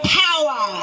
power